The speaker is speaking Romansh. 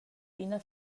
ina